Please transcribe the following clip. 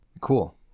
Cool